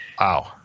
Wow